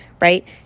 right